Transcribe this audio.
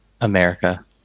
America